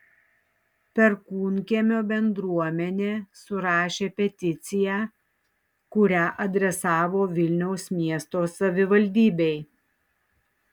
perkūnkiemio bendruomenė surašė peticiją kurią adresavo vilniaus miesto savivaldybei